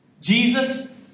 Jesus